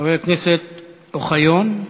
חבר הכנסת אוחיון.